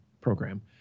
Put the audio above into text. program